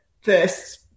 first